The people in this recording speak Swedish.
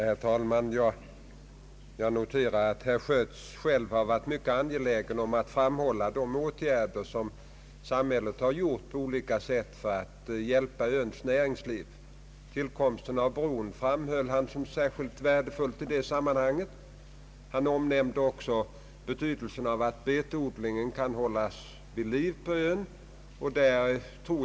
Herr talman! Jag noterar att herr Schött själv har varit mycket angelägen att framhålla de åtgärder som samhället på olika sätt har vidtagit för att hjälpa Ölands näringsliv. Tillkomsten av bron framhöll han som särskilt värdefull i sammanhanget. Han omnämnde också betydelsen av att betodlingen kan hållas vid liv på ön.